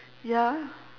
ya